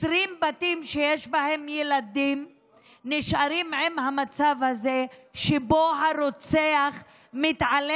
20 בתים שיש בהם ילדים שנשארים במצב הזה שבו הרוצח מתעלל